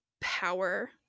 power